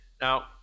Now